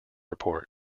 report